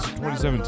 2017